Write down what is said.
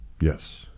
Yes